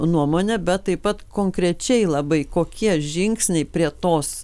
nuomone bet taip pat konkrečiai labai kokie žingsniai prie tos